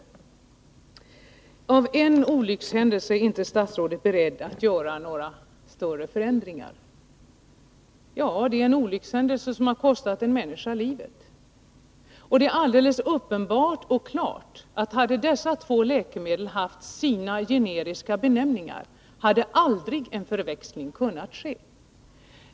På grund av en enda olyckshändelse är statsrådet inte beredd att göra några större förändringar. Ja, det är en olyckshändelse som har kostat en människa livet. Och det är alldeles uppenbart att hade dessa två läkemedel haft sina generiska benämningar hade aldrig en förväxling kunnat ske.